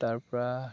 তাৰপৰা